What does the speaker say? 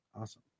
Awesome